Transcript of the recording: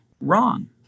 wrong